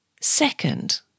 Second